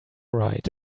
write